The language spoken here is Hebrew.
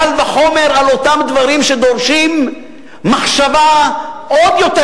קל וחומר באותם דברים שדורשים מחשבה עוד יותר